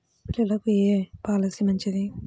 పిల్లలకు ఏ పొలసీ మంచిది?